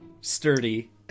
sturdy